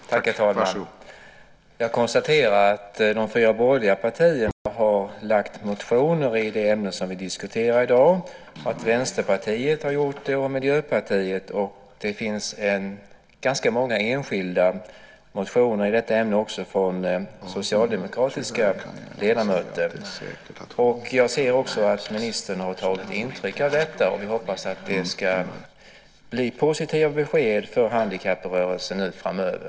Herr talman! Jag konstaterar att de fyra borgerliga partierna har lagt fram motioner i det ämne som vi diskuterar i dag. Det har även Vänsterpartiet och Miljöpartiet gjort. Det finns också ganska många enskilda motioner i detta ämne från socialdemokratiska ledamöter. Jag ser också att ministern har tagit intryck av detta, och jag hoppas att det ska bli positiva besked för handikapprörelsen framöver.